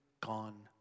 gone